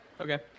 Okay